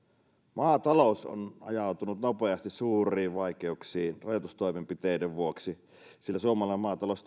maatalous on ajautunut nopeasti suuriin vaikeuksiin rajoitustoimenpiteiden vuoksi sillä suomalainen maatalous